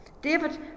David